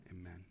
Amen